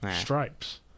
stripes